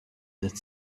that